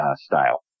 style